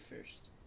first